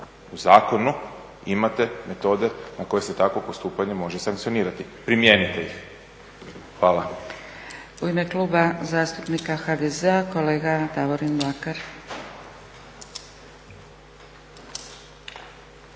u zakonu imate metode na koje se takvo postupanje može sankcionirati. Primijenite ih. Hvala. **Zgrebec, Dragica (SDP)** U ime Kluba zastupnika HDZ-a kolega Davorin Mlakar.